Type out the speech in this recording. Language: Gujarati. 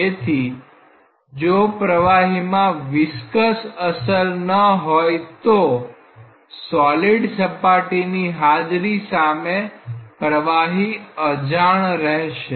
એથી જો પ્રવાહીમાં વિસ્કસ અસર ન હોય તો સોલીડ સપાટીની હાજરી સામે પ્રવાહી અજાણ રહેશે